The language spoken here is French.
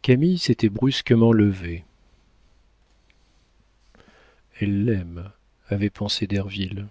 camille s'était brusquement levée elle l'aime avait pensé derville